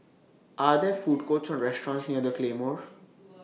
Are There Food Courts Or restaurants near The Claymore